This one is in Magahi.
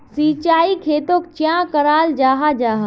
सिंचाई खेतोक चाँ कराल जाहा जाहा?